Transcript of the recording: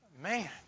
Man